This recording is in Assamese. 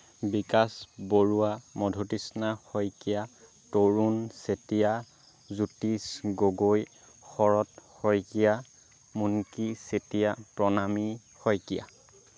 বিকাশ বৰুৱা মধুতৃষ্ণা শইকীয়া তৰুণ চেতিয়া জ্যোতিষ গগৈ শৰৎ শইকীয়া মুণকী চেতিয়া প্ৰণামী শইকীয়া